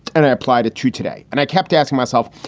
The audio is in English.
and i applied it to today and i kept asking myself,